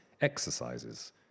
exercises